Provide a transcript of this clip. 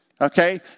Okay